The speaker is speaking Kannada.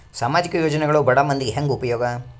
ಸಾಮಾಜಿಕ ಯೋಜನೆಗಳು ಬಡ ಮಂದಿಗೆ ಹೆಂಗ್ ಉಪಯೋಗ?